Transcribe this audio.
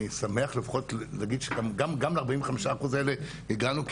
אני שמח לפחות להגיד שגם ל-45% האלה הגענו,